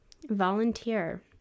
Volunteer